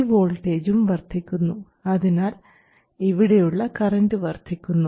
ഈ വോൾട്ടേജും വർദ്ധിക്കുന്നു അതിനാൽ ഇവിടെയുള്ള കറൻറ് വർദ്ധിക്കുന്നു